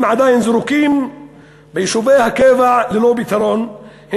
הם עדיין זרוקים ביישובי הקבע ללא פתרון.